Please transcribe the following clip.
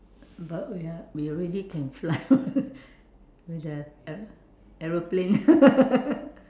but wait ah we already can fly [what] with the aero~ aeroplane